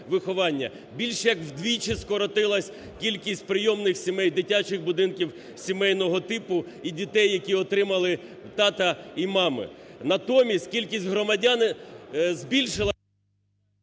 Більш як вдвічі скоротилась кількість прийомних сімей, дитячих будинків сімейного типу і дітей, які отримали тата і маму. Натомість кількість громадян збільшилась…